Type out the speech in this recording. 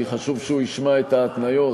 כי חשוב שהוא ישמע את ההתניות.